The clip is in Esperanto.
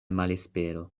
malespero